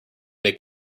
make